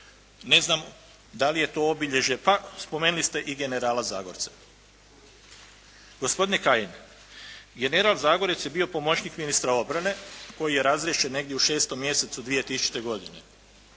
Ne znam da li je to obilježje pa spomenuli ste i generala Zagorca. Gospodine Kajin, general Zagorec je bio pomoćnik ministra obrane koji je razriješen negdje u šestom mjesecu 2000. godine